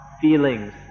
feelings